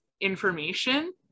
information